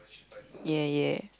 yea yea